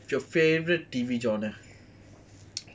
your favourite T_V genre